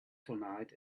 tonight